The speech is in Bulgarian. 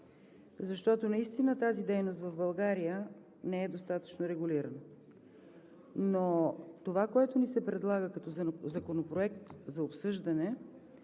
защото наистина тази дейност в България не е достатъчно регулирана. Но това, което ни се предлага като законопроект за обсъждане,